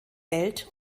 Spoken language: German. welt